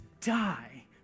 die